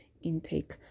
intake